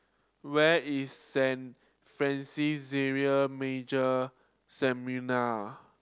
where is Saint Francis Xavier Major Seminary